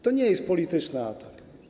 To nie jest polityczny atak.